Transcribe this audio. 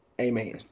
amen